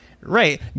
Right